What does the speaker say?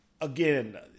again